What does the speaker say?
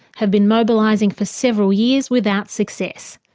have been mobilising for several years without success,